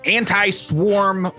anti-swarm